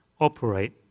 operate